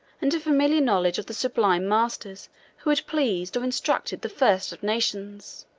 and a familiar knowledge of the sublime masters who had pleased or instructed the first of nations.